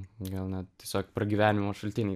gal ne tiesiog pragyvenimo šaltinį